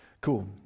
Cool